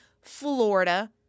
Florida